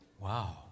Wow